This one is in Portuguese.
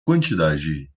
quantidade